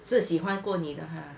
是喜欢过你的 ha